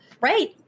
right